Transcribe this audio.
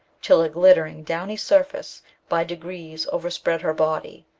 till a glittering, downy surface by degrees overspread her body,